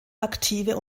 aktive